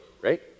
right